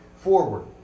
forward